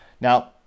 Now